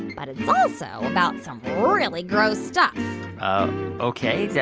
but it's also about some really gross stuff ok. yeah